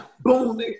boom